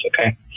okay